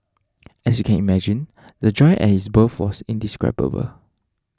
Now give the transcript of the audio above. as you can imagine the joy at his birth was indescribable